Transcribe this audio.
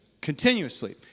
continuously